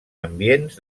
ambients